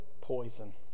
poison